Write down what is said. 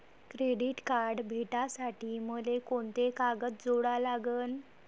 Credit card भेटासाठी मले कोंते कागद जोडा लागन?